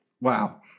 Wow